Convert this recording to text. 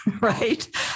right